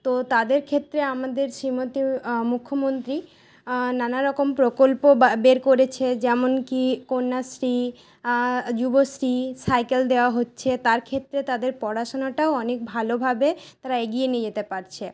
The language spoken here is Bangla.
তো তাদের ক্ষেত্রে আমাদের শ্রীমতি মুখ্যমন্ত্রী নানারকম প্রকল্প বা বের করেছে যেমন কি কন্যাশ্রী যুবশ্রী সাইকেল দেওয়া হচ্ছে তার ক্ষেত্রে তাদের পড়াশোনাটাও অনেক ভালোভাবে তারা এগিয়ে নিয়ে যেতে পারছে